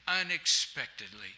Unexpectedly